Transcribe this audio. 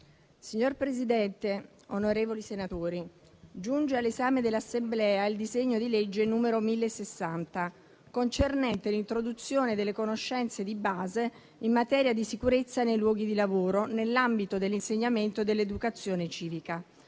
Signor Presidente, onorevoli senatori, giunge all'esame dell'Assemblea il disegno di legge n. 1060, concernente l'introduzione delle conoscenze di base in materia di sicurezza nei luoghi di lavoro, nell'ambito dell'insegnamento dell'educazione civica,